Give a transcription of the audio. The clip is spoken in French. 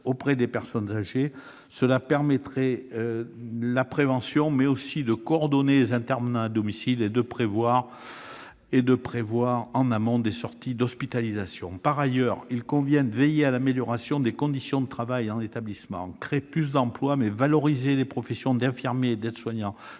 auprès des personnes âgées dépendantes. Cela permettrait de renforcer la prévention, mais aussi de coordonner tous les intervenants à domicile et de prévoir les sorties d'hospitalisation en amont. Par ailleurs, il convient de veiller à l'amélioration des conditions de travail en établissement, en créant plus d'emplois et en valorisant les professions d'infirmier et d'aide-soignant.